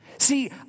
See